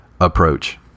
approach